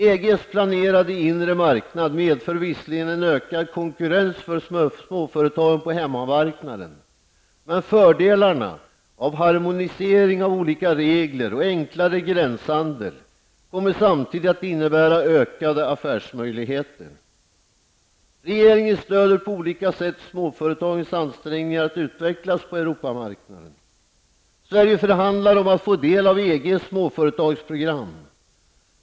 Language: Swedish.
EGs planerade inre marknad medför visserligen en ökad konkurrens för småföretagen på hemmamarknaden, men fördelarna av harmonisering av olika regler och enklare gränshandel kommer samtidigt att innebära ökade affärsmöjligheter. Regeringen stöder på olika sätt småföretagens ansträngningar att utvecklas på Europamarknaden. Sverige förhandlar om att få del av EGs småföretagsprogram.